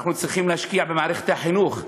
אנחנו צריכים להשקיע במערכת החינוך.